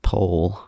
Pole